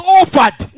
offered